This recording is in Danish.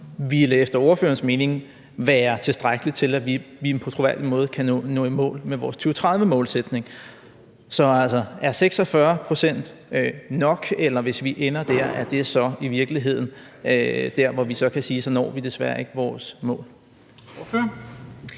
2025, så efter ordførerens mening ville være tilstrækkeligt til, at vi på en troværdig måde kan nå i mål med vores 2030-målsætning. Så altså, er 46 pct. nok, eller er det, hvis vi ender dér, så i virkeligheden der, hvor vi kan sige, at så når vi desværre ikke vores mål? Kl.